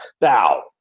Thou